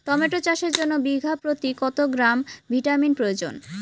Tomato চাষের জন্য বিঘা প্রতি কত গ্রাম ভিটামিন প্রয়োজন?